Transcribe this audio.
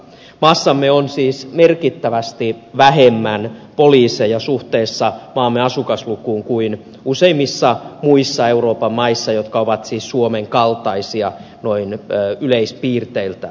maassamme on siis merkittävästi vähemmän poliiseja suhteessa maamme asukaslukuun kuin useimmissa muissa euroopan maissa jotka ovat siis suomen kaltaisia noin yleispiirteiltään